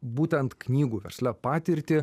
būtent knygų versle patirtį